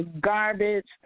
garbage